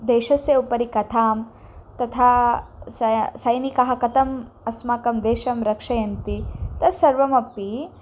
देशस्य उपरि कथां तथा स सैनिकः कथम् अस्माकं देशं रक्षयन्ति तत्सर्वमपि